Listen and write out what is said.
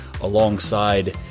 alongside